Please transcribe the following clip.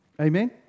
Amen